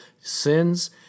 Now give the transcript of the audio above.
sins